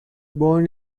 born